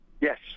Yes